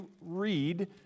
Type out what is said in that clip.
read